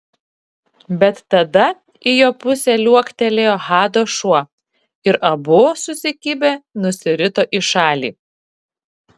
bet tada į jo pusę liuoktelėjo hado šuo ir abu susikibę nusirito į šalį